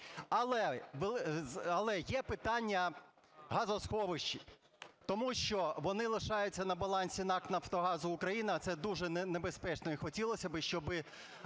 Але є питання газосховищ, тому що вони лишаються на балансі НАК "Нафтогазу України", а це дуже небезпечно. І хотілося би, щоби